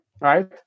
Right